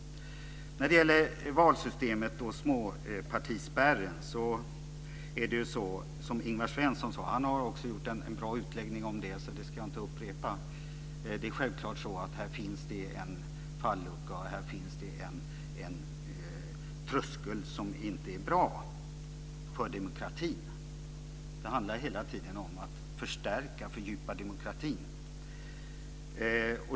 När det gäller valsystemet och småpartispärren har Ingvar Svensson gjort en bra utläggning om det, så det ska jag inte upprepa. Självklart är det så att här finns en fallucka och en tröskel som inte är bra för demokratin. Det handlar hela tiden om att förstärka och fördjupa demokratin.